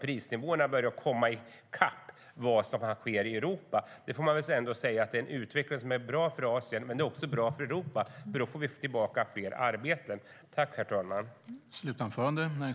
Prisnivåerna börjar komma i kapp de prisnivåer som råder i Europa, och det är en utveckling som är bra för Asien, men det är också bra för Europa, för då får vi tillbaka fler arbeten.